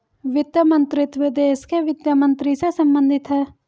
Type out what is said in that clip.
वित्त मंत्रीत्व देश के वित्त मंत्री से संबंधित है